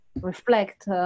reflect